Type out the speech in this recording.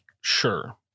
Sure